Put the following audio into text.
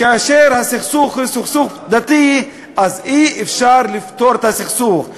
כאשר הסכסוך הוא סכסוך דתי אז אי-אפשר לפתור את הסכסוך,